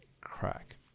crack